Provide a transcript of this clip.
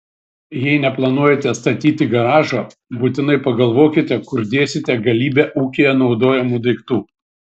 jei neplanuojate statyti garažo būtinai pagalvokite kur dėsite galybę ūkyje naudojamų daiktų